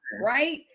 right